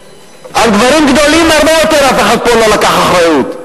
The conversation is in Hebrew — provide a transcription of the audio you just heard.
על דברים גדולים הרבה יותר אף אחד פה לא לקח אחריות.